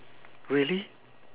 really